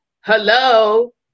Hello